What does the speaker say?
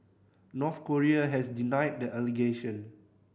North Korea has denied the allegation